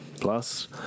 Plus